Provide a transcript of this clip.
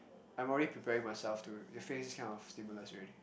I am already preparing myself to face this kind of stimulus already